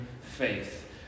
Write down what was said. faith